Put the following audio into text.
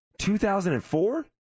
2004